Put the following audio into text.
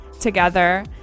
together